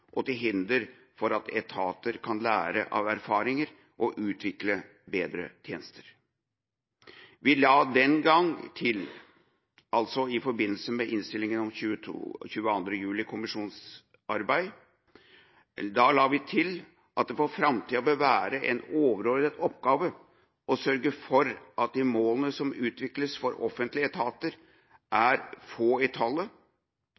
og et hinder for at etater kan lære av erfaringer og utvikle bedre tjenester». Vi la den gang til – altså i forbindelse med innstillinga om 22. juli-kommisjonens arbeid – at det for framtiden bør være «en overordnet oppgave å sørge for at de målene som utvikles for offentlige etater er få i tallet,